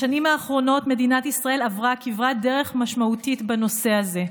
בשנים האחרונות מדינת ישראל עברה כברת דרך משמעותית בנושא הזה.